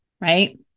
right